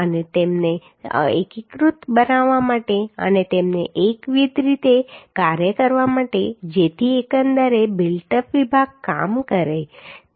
અને તેમને એકીકૃત બનાવવા માટે અને તેમને એકવિધ રીતે કાર્ય કરવા માટે જેથી એકંદરે બિલ્ટ અપ વિભાગ કામ કરે